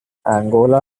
angola